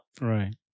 Right